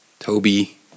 Toby